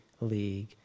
League